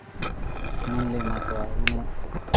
ᱢᱟᱹᱱᱞᱮ ᱮᱢᱟ ᱠᱚᱣᱟ ᱩᱱᱟᱹᱜ